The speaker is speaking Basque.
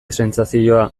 sentsazioa